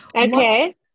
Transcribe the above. Okay